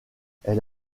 elle